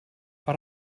per